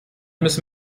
müssen